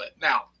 now